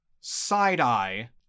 side-eye